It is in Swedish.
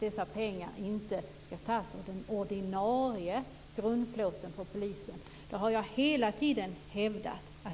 Dessa pengar ska inte tas från den ordinarie grundplåten för polisen. Det har jag hela tiden hävdat.